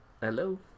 Hello